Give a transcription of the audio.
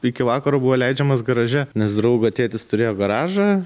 iki vakaro buvo leidžiamas garaže nes draugo tėtis turėjo garažą